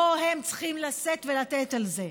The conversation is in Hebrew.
לא הם צריכים לשאת ולתת על זה.